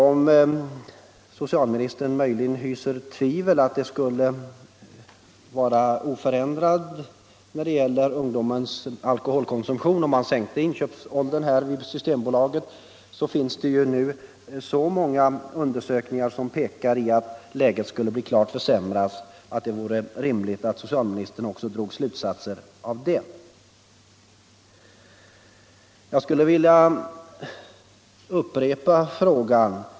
Om socialministern möjligen är tveksam om huruvida ungdomens alkoholkonsumtion skulle förbli oförändrad vid en sådan sänkning av inköpsåldern finns det ju nu så många undersökningar som pekar på att läget skulle bli klart försämrat att det också vore rimligt att också socialministern drog slutsatser av detta.